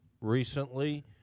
recently